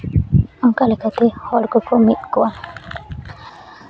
ᱚᱱᱠᱟ ᱞᱮᱠᱟᱛᱮ ᱦᱚᱲ ᱠᱚᱠᱚ ᱢᱤᱫ ᱠᱚᱣᱟ